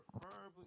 Preferably